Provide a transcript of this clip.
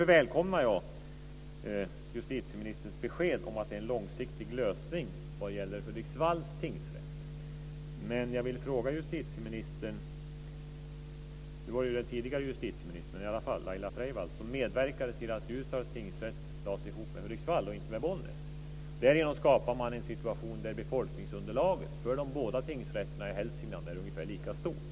Jag välkomnar justitieministerns besked om att det är en långsiktig lösning vad gäller Hudiksvalls tingsrätt. Det var den tidigare justitieministern Laila Freivalds som medverkade till att Ljusdals tingsrätt lades ihop med Hudiksvall och inte med Bollnäs. Därigenom skapade man en situation där befolkningsunderlaget för de båda tingsrätterna i Hälsingland är ungefär lika stort.